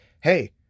Hey